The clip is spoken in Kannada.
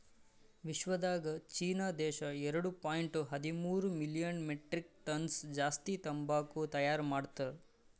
ವಿಶ್ವದಾಗ್ ಚೀನಾ ದೇಶ ಎರಡು ಪಾಯಿಂಟ್ ಹದಿಮೂರು ಮಿಲಿಯನ್ ಮೆಟ್ರಿಕ್ ಟನ್ಸ್ ಜಾಸ್ತಿ ತಂಬಾಕು ತೈಯಾರ್ ಮಾಡ್ತಾರ್